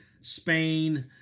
Spain